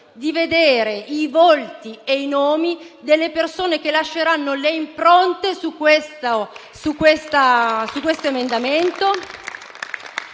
di vedere i volti e sapere i nomi delle persone che lasceranno le impronte su questo emendamento.